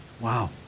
Wow